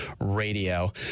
radio